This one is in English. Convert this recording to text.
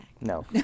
no